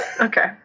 Okay